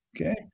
okay